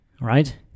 right